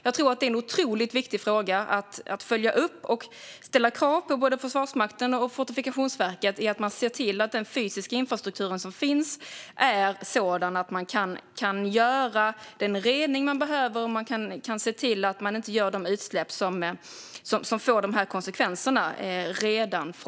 Jag tror att det är en otroligt viktig fråga att följa upp och ställa krav på både Försvarsmakten och Fortifikationsverket att de redan från början ser till att den fysiska infrastruktur som finns är sådan att man kan göra den rening som behövs och att man kan se till att man inte gör de utsläpp som får dessa konsekvenser.